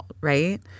right